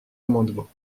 amendement